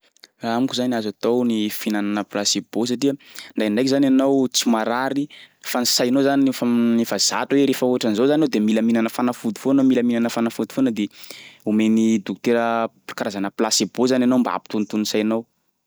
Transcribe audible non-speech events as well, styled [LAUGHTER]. Amiko zany azo atao ny fihinanana placebo satria ndraindraiky zany ianao tsy marary fa ny sainao zany efa [HESITATION] efa zatra hoe rehefa ohatran'izao zany nao de mila mihinana fanafody foana, mila mihinana fanafody foana de omen'ny dokotera karazana placebo zany anao mba hampitonitony sainao.